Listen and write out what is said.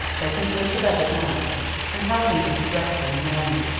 taking her to bed at night and helping her to dress in the morning,